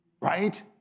Right